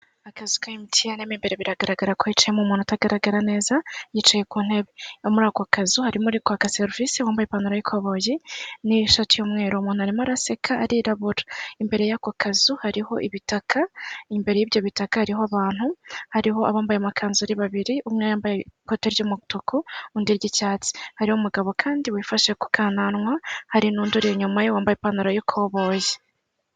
Akazu ka emutiyeni mo imbere biragaragara ko hicaye mo umuntu utagaragara neza yicaye ku ntebe. Muri ako kazu hari mo uri kwaka serivisi wa mbaye ipantaro y'ikoboyi n'ishati y'umweru, umuntu arimo araseka arirabura, imbere y'ako kazu hariho ibitaka, imbere y'ibyo bitaka hariho abantu, hariho abambaye amakanzu ari babiri, umwe yambaye ikote ry'umutuku, undi ry' icyatsi. Hariho umugabo kandi wifashe kukananwa hari n'undi uri inyuma ye wambaye ipantaro y'ikoboye.